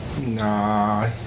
Nah